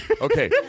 Okay